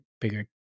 bigger